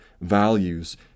values